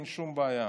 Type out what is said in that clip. אין שום בעיה,